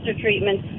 treatment